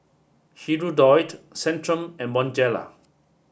Hirudoid Centrum and Bonjela